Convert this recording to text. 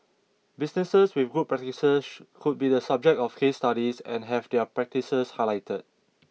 businesses with good practices could be the subject of case studies and have their practices highlighted